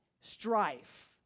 strife